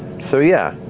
so yeah,